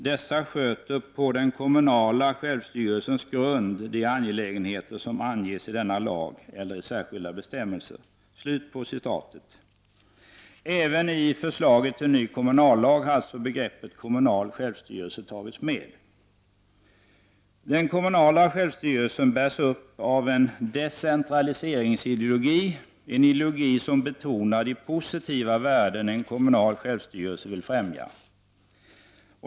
Dessa sköter på den kommunala självstyrelsens grund de angelägenheter, som anges i denna lag eller särskilda bestämmelser.” Även i förslaget till ny kommunallag har alltså begreppet kommunal självstyrelse tagits med. Den kommunala självstyrelsen bärs upp av en decentraliseringsideologi, en ideologi som betonar de positiva värden en kommunal självstyrelse vill främja.